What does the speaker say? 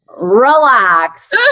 Relax